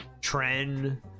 trend